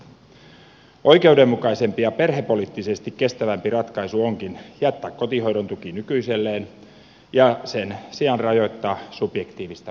oikeudenmukaisempi ja perhepoliittisesti kestävämpi ratkaisu onkin jättää kotihoidon tuki nykyiselleen ja sen sijaan rajoittaa subjektiivista päivähoito oikeutta